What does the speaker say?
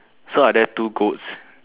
so are there two goats